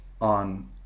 on